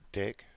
dick